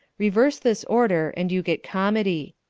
reverse this order and you get comedy.